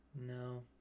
No